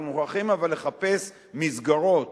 אבל אנחנו מוכרחים לחפש מסגרות